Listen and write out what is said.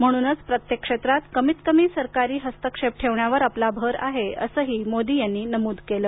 म्हणूनच प्रत्येक क्षेत्रात कमीतकमी सरकारी हस्तक्षेप ठेवण्यावर आपला भर आहे असंही मोदी यांनी नमूद केलं